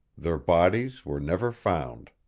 their bodies were never found.